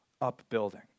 upbuilding